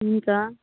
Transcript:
हुन्छ